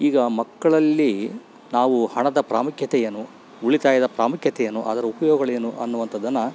ಈಗ ಮಕ್ಕಳಲ್ಲಿ ನಾವು ಹಣದ ಪ್ರಾಮುಖ್ಯತೆಯೇನು ಉಳಿತಾಯದ ಪ್ರಾಮುಖ್ಯತೆಯೇನು ಅದರ ಉಪಯೋಗಗಳೇನು ಅನ್ನುವಂಥದ್ಧನ್ನ